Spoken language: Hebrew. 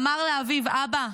אמר לאביו: "אבא,